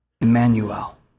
Emmanuel